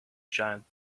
giant